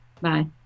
Bye